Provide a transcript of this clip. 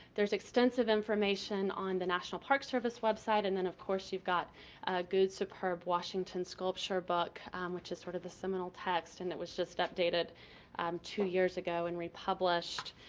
there's extensive information on the national park service website. and then, of course, you've got a good, superb washington sculpture book which is sort of the seminal text, and it was just updated um two years ago and republished.